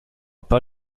pas